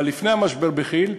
אבל לפני המשבר בכי"ל,